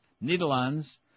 Netherlands